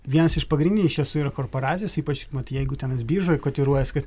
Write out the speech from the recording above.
vienas iš pagrindinių šios korporacijos ypač vat jeigu tenais biržoj kotiruojas kad